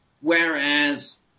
Whereas